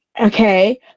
okay